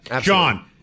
John